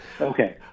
Okay